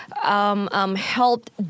Helped